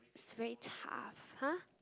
it's very tough !huh!